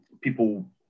People